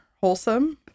wholesome